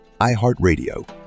iHeartRadio